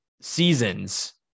seasons